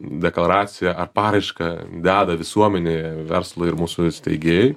deklaraciją ar paraišką deda visuomenė verslui ir mūsų steigėjai